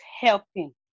helping